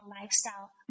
lifestyle